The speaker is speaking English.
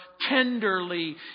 tenderly